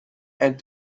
and